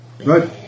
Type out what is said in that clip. Right